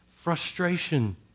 frustration